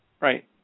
right